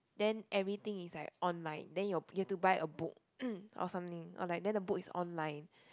then everything is like online then you you have to buy a book or something or like then the book is online